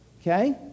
okay